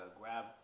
grab